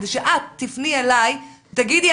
כדי שאת תפני אליי ותגידי,